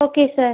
okay sir